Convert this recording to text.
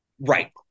Right